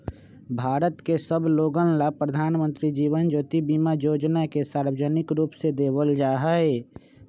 भारत के सब लोगन ला प्रधानमंत्री जीवन ज्योति बीमा योजना के सार्वजनिक रूप से देवल जाहई